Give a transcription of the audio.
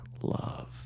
love